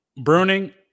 Bruning